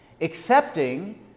accepting